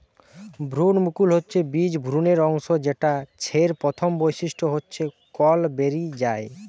ভ্রূণমুকুল হচ্ছে বীজ ভ্রূণের অংশ যেটা ছের প্রথম বৈশিষ্ট্য হচ্ছে কল বেরি যায়